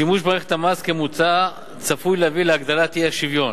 שימוש במערכת המס כמוצע צפוי להביא להגדלת האי-שוויון,